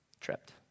Tripped